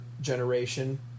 generation